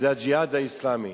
זה "הג'יהאד האסלאמי".